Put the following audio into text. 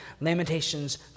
Lamentations